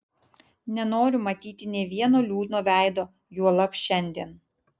nenoriu matyti nė vieno liūdno veido juolab šiandien